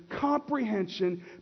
Comprehension